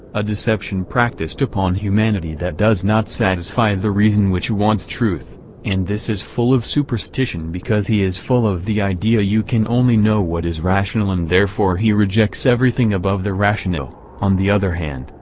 a deception practiced upon humanity that does not satisfy the reason which wants truth and this is full of superstition because he is full of the idea you can only know what is rational and therefore he rejects everything above the rational on the other hand,